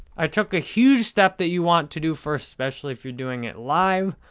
i took a huge step that you want to do first, especially if you're doing it live.